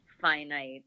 finite